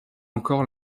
encore